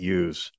use